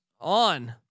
on